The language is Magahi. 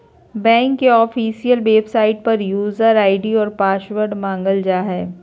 बैंक के ऑफिशियल वेबसाइट पर यूजर आय.डी और पासवर्ड मांगल जा हइ